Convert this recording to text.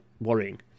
worrying